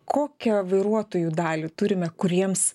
kokią vairuotojų dalį turime kuriems